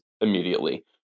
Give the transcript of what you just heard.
immediately